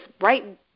right